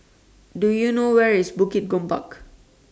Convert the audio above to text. Do YOU know Where IS Bukit Gombak